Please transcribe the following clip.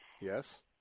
Yes